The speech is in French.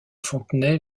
fontenay